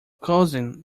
cousin